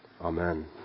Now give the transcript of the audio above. Amen